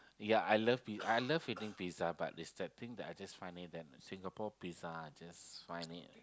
ya I love it I love eating pizza but is that thing that I just find it that Singapore pizza I just find it